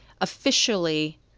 officially